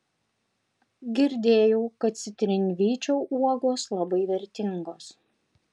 girdėjau kad citrinvyčio uogos labai vertingos